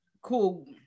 cool